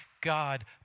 God